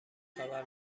خبر